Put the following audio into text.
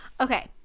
Okay